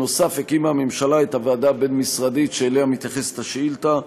נוסף על כך הקימה הממשלה את הוועדה הבין-משרדית שאליה מתייחסת השאילתה,